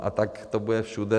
A tak to bude všude.